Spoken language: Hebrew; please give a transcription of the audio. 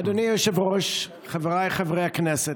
אדוני היושב-ראש, חבריי חברי הכנסת,